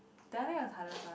did I bring your tunnels one